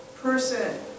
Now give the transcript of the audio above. person